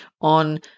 on